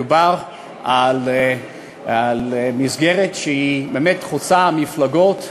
מדובר על מסגרת שבאמת חוצה מפלגות,